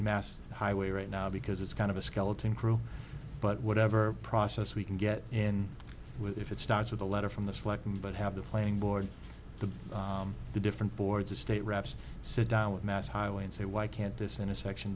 mass highway right now because it's kind of a skeleton crew but whatever process we can get in with if it starts with a letter from the slacking but have the playing board to the different boards the state reps sit down with mass highway and say why can't this intersection